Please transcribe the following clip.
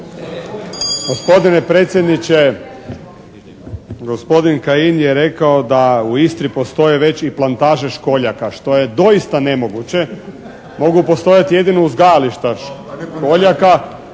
Gospodine predsjedniče, gospodin Kajin je rekao da u Istri postoje već i plantaže školjaka što je doista nemoguće. Mogu postojati jedino uzgajališta školjaka,